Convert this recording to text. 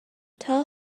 tell